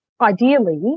ideally